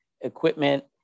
equipment